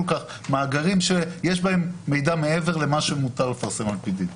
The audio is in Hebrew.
מאגרים שיש בהם מידע מעבר למה שמותר לפרסם על פי דין.